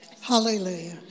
Hallelujah